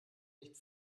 nicht